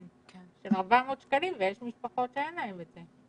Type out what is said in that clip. של 400 שקלים ויש משפחות שאין להם את זה,